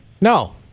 No